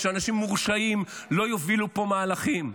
שאנשים מורשעים לא יובילו פה מהלכים.